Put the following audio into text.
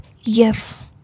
Yes